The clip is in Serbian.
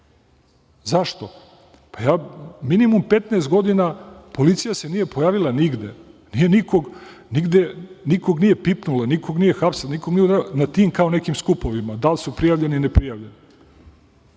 Pa ja minimum 15 godina policija se nije pojavila nigde, nije nigde nikoga pipnula, nikoga nije hapsila na tim kao nekim skupovima. Da li su prijavljeni ili ne prijavljeni.